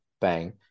bang